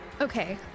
Okay